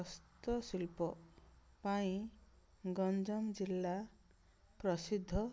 ହସ୍ତଶିଳ୍ପ ପାଇଁ ଗଞ୍ଜାମ ଜିଲ୍ଲା ପ୍ରସିଦ୍ଧ